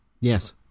yes